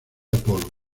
apolo